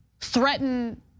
Threaten